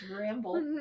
ramble